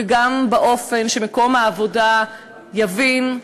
וגם באופן שמקום העבודה יבין,